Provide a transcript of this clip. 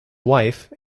wife